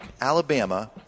Alabama